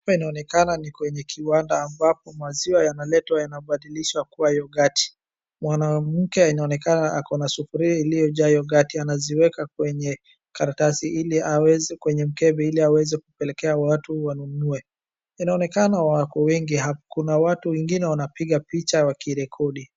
Hapa inaonekana ni kwenye kiwanda ambapo maziwa yanaletwa yanabadilishwa kuwa yogati. Mwanamke anaonekana ako na sufuria iliyo jaa yogati anaziweka kwenye karatasi ili aweze kwenye mkebe ili aweze kupelekea watu wanunue. Inaonekana wako wengi, na kuna watu wengine wanapiga picha wakirekodi.